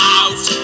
out